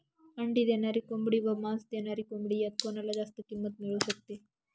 अंडी देणारी कोंबडी व मांस देणारी कोंबडी यात कोणाला जास्त किंमत मिळू शकते?